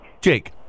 Jake